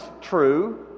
true